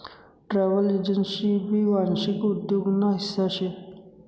travel agency भी वांशिक उद्योग ना हिस्सा शे